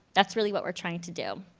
that's really what we're trying to do.